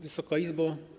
Wysoka Izbo!